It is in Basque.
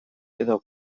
edo